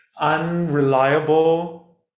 unreliable